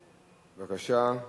בבקשה.